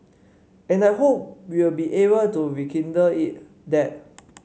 and I hope we'll be able to rekindle it that